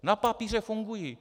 Na papíře fungují.